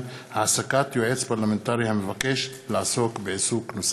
העסקת יועץ פרלמנטרי המבקש לעסוק בעיסוק נוסף.